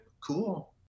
cool